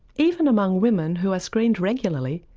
even among women who are screened regularly,